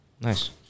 Nice